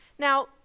Now